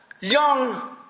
young